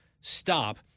Stop